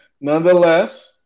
nonetheless